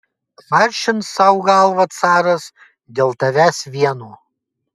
kvaršins sau galvą caras dėl tavęs vieno